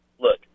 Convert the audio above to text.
Look